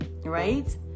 Right